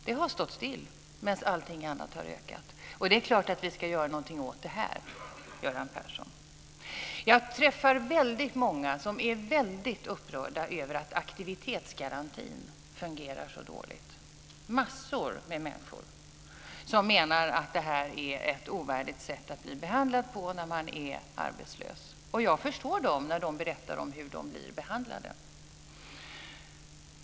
Det har stått stilla medan allting annat har ökat. Det är klart att vi ska göra någonting åt det här, Göran Persson. Jag träffar många som är väldigt upprörda över att aktivitetsgarantin fungerar så dåligt. Massor av människor menar att det här är ett ovärdigt sätt att bli behandlad på när man är arbetslös. Jag förstår dem när de berättar hur de blir behandlade.